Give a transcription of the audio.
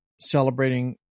celebrating